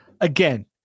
again